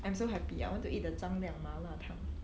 I'm so happy I want to eat the 张亮麻辣烫